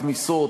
כניסות